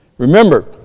Remember